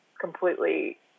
completely –